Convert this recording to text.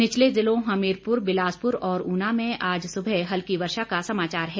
निचले जिलों हमीरपुर बिलासपुर और ऊना में आज सुबह हल्की वर्षा का समाचार है